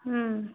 ம்